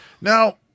Now